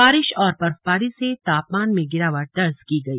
बारिश और बर्फबारी से तापमान में गिरावट दर्ज की गई